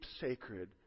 sacred